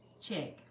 Check